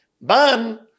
Ban